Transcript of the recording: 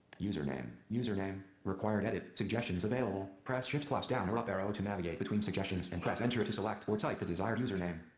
username. username required edit. suggestions available. press shift down or up arrow to navigate between suggestions and press enter to select or type the desired username.